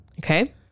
Okay